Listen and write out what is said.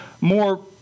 more